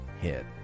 hit